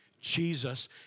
Jesus